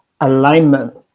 alignment